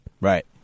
Right